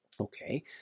okay